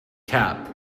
cap